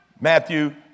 Matthew